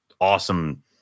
Awesome